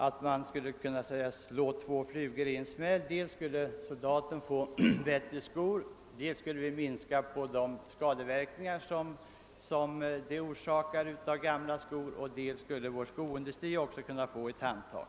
Därmed skulle man som sagt slå två flugor i en smäll: dels skulle soldaterna få bättre skor och skadeverkningarna därigenom minskas, dels skulle vår skoindustri få ett handtag.